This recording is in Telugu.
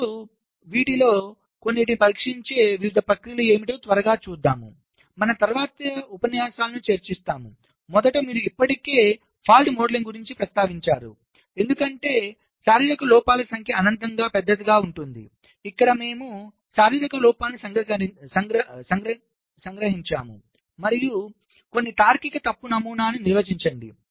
ఇప్పుడు వీటిలో కొన్నింటిని పరీక్షించే వివిధ ప్రక్రియలు ఏమిటో త్వరగా చూద్దాం మన తరువాతి ఉపన్యాసాలను చర్చిస్తాము మొదట మీరు ఇప్పటికే తప్పు మోడలింగ్ గురించి ప్రస్తావించారు ఎందుకంటే శారీరక లోపాల సంఖ్య అనంతంగా పెద్దదిగా ఉంటుంది ఇక్కడ మేము శారీరక లోపాలను సంగ్రహించాము మరియు కొన్ని తార్కిక తప్పు నమూనాను నిర్వచించండి